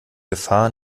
gefahr